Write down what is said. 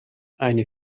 eine